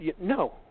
no